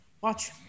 watch